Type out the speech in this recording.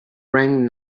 rang